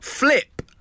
Flip